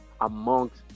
amongst